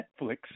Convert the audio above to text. Netflix